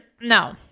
No